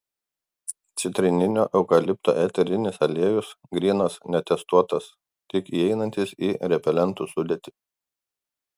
citrininio eukalipto eterinis aliejus grynas netestuotas tik įeinantis į repelentų sudėtį